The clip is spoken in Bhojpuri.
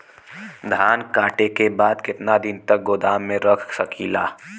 धान कांटेके बाद कितना दिन तक गोदाम में रख सकीला?